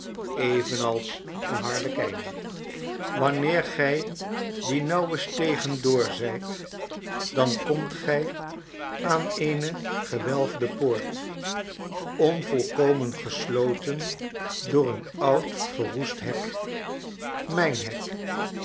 evenals een harlekijn wanneer gij die nauwe stegen door zijt dan komt gij aan eene gewelfde poort onvolkomen gesloten door een oud verroest hek mijn hek